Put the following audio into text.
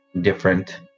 different